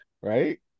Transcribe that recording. right